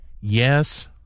Yes